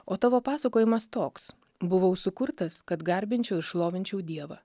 o tavo pasakojimas toks buvau sukurtas kad garbinčiau ir šlovinčiau dievą